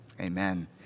Amen